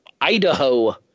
Idaho